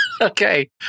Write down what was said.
Okay